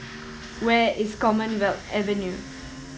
where is Commonwealth Avenue